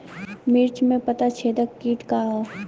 मिर्च में पता छेदक किट का है?